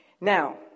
Now